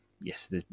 yes